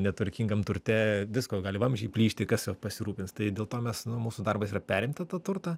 netvarkingam turte visko gali vamzdžiai plyšti kas pasirūpins tai dėl to mes nu mūsų darbas yra perimti tą turtą